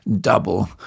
double